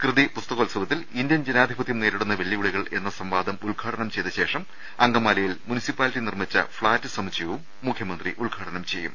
കൃതി പുസ്തകോത്സവത്തിൽ ഇന്ത്യൻ ജനാധിപത്യം നേരിടുന്ന വെല്ലുവിളികൾ എന്ന സംവാദം ഉദ്ഘാടം ന ചെയ്തശേഷം അങ്കമാലിയിൽ മുനിസിപ്പാലിറ്റി നിർമ്മിച്ച ഫ്ളാറ്റ് സമുച്ചയവും മുഖ്യമന്ത്രി ഉദ്ഘാടനം ചെയ്യും